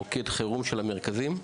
מוקד חירום של המרכזים?